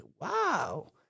Wow